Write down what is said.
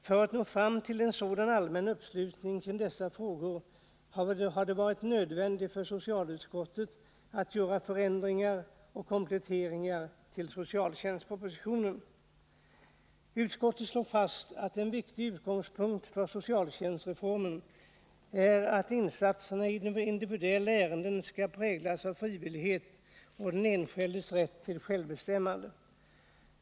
För att nå fram till en sådan allmän uppslutning kring dessa frågor har det varit nödvändigt för socialutskottet att göra förändringar och kompletteringar till socialtjänstpropositionen. Utskottet slår fast att en viktig utgångspunkt för socialtjänstreformen är att insatserna i individuella ärenden skall präglas av frivillighet och den enskildes rätt till självbestämmande.